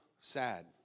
sad